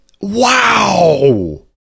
Wow